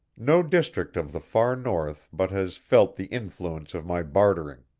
no district of the far north but has felt the influence of my bartering.